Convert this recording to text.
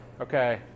Okay